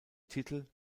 titel